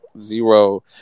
Zero